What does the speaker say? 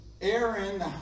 Aaron